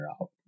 out